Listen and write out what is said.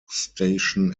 station